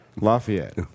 Lafayette